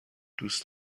دوست